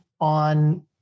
on